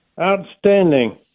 Outstanding